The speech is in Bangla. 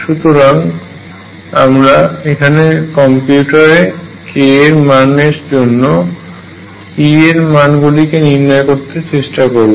সুতরাং আমরা এখন কম্পিউটারে k এর মান এর জন্য E এর মান গুলিকে নির্ণয় করতে চেষ্টা করব